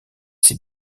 ces